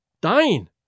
Dying